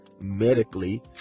medically